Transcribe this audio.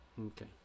Okay